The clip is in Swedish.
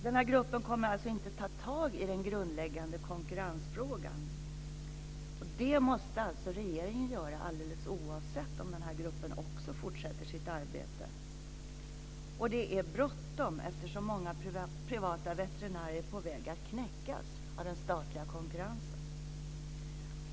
Denna grupp kommer alltså inte att ta tag i den grundläggande konkurrensfrågan. Det måste alltså regeringen göra alldeles oavsett om den här gruppen också fortsätter sitt arbete. Och det är bråttom eftersom många privata veterinärer är på väg att knäckas av den statliga konkurrensen.